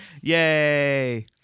yay